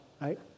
right